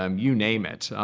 um you name it.